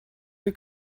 you